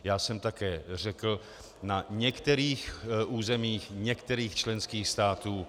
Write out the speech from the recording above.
Také jsem řekl na některých územích některých členských států...